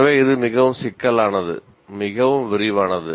எனவே இது மிகவும் சிக்கலானது மிகவும் விரிவானது